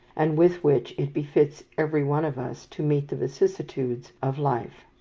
and with which it befits every one of us to meet the vicissitudes of life.